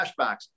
flashbacks